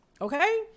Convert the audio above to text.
Okay